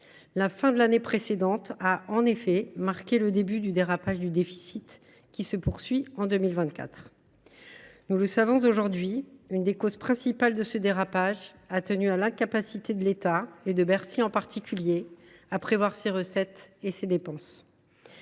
La fin de l’année précédente a en effet marqué le début du dérapage du déficit, qui se poursuit en 2024. Nous le savons aujourd’hui, l’une des causes principales de ce dérapage fut l’incapacité de l’État, de Bercy en particulier, à prévoir ses recettes et ses dépenses.